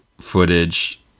footage